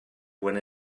when